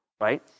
right